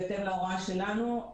בהתאם להוראה שלנו,